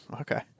Okay